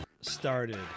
started